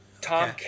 Tom